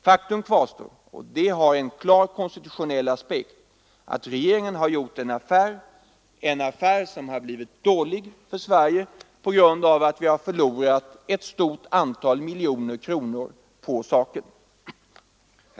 Faktum kvarstår — och det har en klar konstitutionell aspekt — att regeringen har gjort en affär, som blivit dålig för Sverige på grund av att staten förlorat ett stort antal miljoner kronor, såvitt nu kan bedömas.